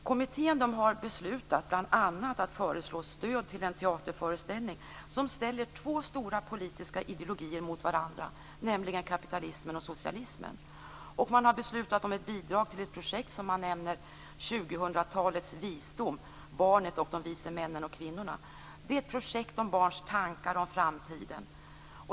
Kommittén har beslutat om stöd till en teaterföreställning som skall ställa två stora politiska ideologier mot varandra, nämligen kapitalismen och socialismen. Man har beslutat om ett bidrag till ett projekt, 2000-talets visdom - barnet och de vise männen och kvinnorna. Det är ett projekt om barns tankar om framtiden.